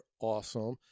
Awesome